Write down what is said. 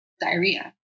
diarrhea